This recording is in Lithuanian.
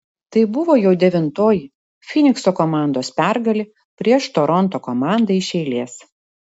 tai buvo jau devintoji fynikso komandos pergalė prieš toronto komandą iš eilės